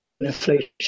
inflation